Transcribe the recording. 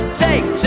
take